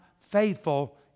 faithful